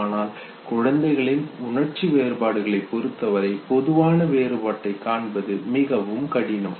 ஆனால் குழந்தைகளின் உணர்ச்சி வெளிப்பாடுகளை பொறுத்தவரை பொதுவான வேறுபாட்டை காண்பது மிகவும் கடினம்